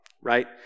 right